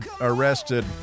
arrested